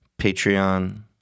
Patreon